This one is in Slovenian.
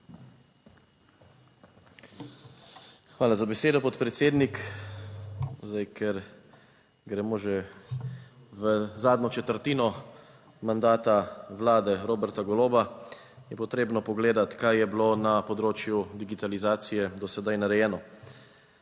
Hvala za besedo, podpredsednik. Zdaj, ker gremo že v zadnjo četrtino mandata Vlade Roberta Goloba, je potrebno pogledati kaj je bilo na področju digitalizacije do sedaj narejeno.